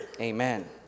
Amen